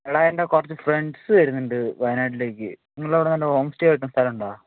എടാ എൻ്റെ കുറച്ച് ഫ്രണ്ട്സ് വരുന്നുണ്ട് വയനാട്ടിലേക്ക് നിങ്ങളുടെ അവിടെ നല്ല ഹോം സ്റ്റേ കിട്ടുന്ന സ്ഥലം ഉണ്ടോ